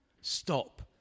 stop